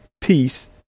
peace